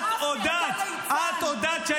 רון כץ (יש עתיד): את הודעת --- אתה ליצן.